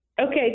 Okay